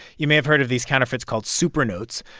you may have heard of these counterfeits called super notes.